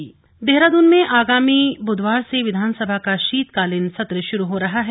विधानसभा सत्र देहरादून में आगामी बुधवार से विधानसभा का शीतकालीन सत्र शुरू हो रहा है